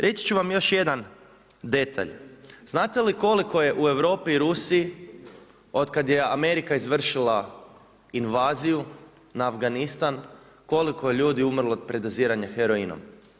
Reći ću vam još jedan detalj, znate li koliko je u Europi i Rusiji otkad je Amerika izvršila invaziju na Afganistan, koliko je ljudi umrlo od predoziranja heroinom?